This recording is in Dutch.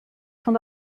van